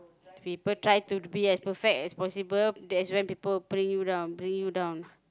people try to be as perfect as possible that's when people will bring you down bring you down